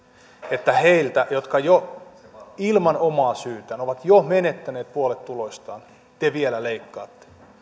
että heiltä jotka ilman omaa syytään ovat jo menettäneet puolet tuloistaan te vielä leikkaatte